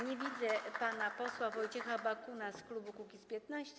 Nie widzę pana posła Wojciecha Bakuna z klubu Kukiz’15.